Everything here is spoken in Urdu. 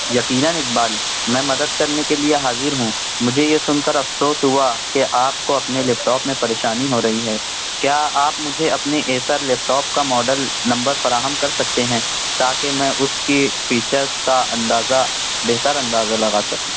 یقیناً اقبال میں مدد کرنے کے لیے حاضر ہوں مجھے یہ سن کر افسوس ہوا کہ آپ کو اپنے لیپٹاپ میں پریشانی ہو رہی ہے کیا آپ مجھے اپنے ایسر لیپٹاپ کا ماڈل نمبر فراہم کر سکتے ہیں تاکہ میں اس کی فیچرس کا اندازہ بہتر اندازہ لگا سکوں